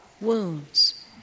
wounds